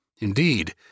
Indeed